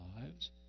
lives